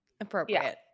Appropriate